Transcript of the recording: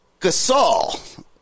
Gasol